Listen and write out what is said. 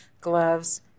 gloves